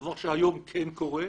דבר שהיום כן קורה,